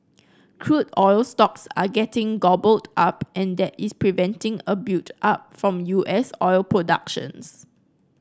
crude oil stocks are getting gobbled up and that is preventing a buildup from U S oil productions